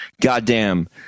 goddamn